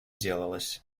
делалось